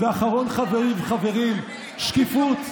ואחרון חביב, חברים, שקיפות,